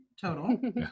total